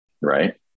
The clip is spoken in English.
right